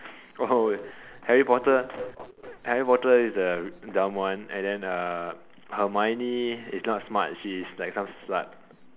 oh Harry Potter Harry Potter is the dumb one and then uh Hermoine is not smart she is like some slut